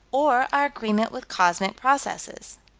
or our agreement with cosmic processes.